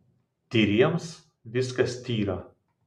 tyriems viskas tyra